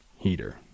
heater